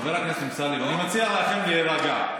חבר הכנסת אמסלם, אני מציע לכם להירגע.